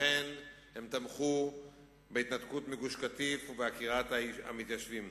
לכן הם תמכו בהתנתקות מגוש-קטיף ובעקירת המתיישבים